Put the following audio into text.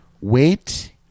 Wait